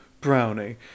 brownie